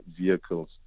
vehicles